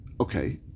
okay